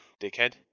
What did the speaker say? dickhead